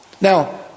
now